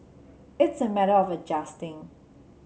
it's a matter of adjusting